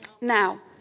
now